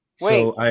wait